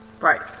right